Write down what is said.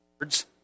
words